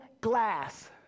glass